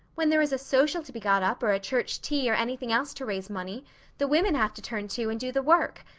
when there is a social to be got up or a church tea or anything else to raise money the women have to turn to and do the work.